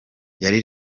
yari